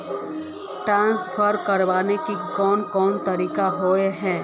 Transfer करे के कोन कोन तरीका होय है?